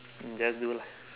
just do lah